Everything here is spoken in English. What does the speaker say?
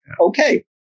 okay